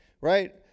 Right